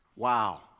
Wow